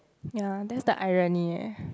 ya that's the irony leh